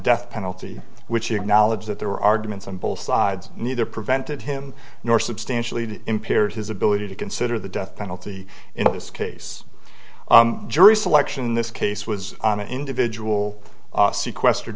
death penalty which he acknowledged that there were arguments on both sides neither prevented him nor substantially impaired his ability to consider the death penalty in this case jury selection in this case was on an individual sequestered